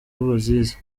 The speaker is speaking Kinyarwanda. bazizi